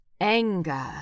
Anger